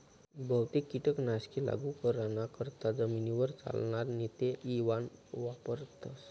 बहुतेक कीटक नाशके लागू कराना करता जमीनवर चालनार नेते इवान वापरथस